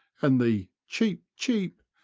and the cheep, cheep,